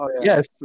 Yes